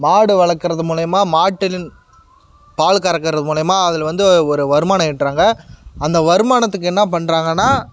மாடு வளர்க்குறது மூலிமா மாட்டின் பால் கறக்கிறது மூலிமா அதில் வந்து ஒரு வருமானம் ஈட்டுறாங்க அந்த வருமானத்துக்கு என்ன பண்ணுறாங்கன்னா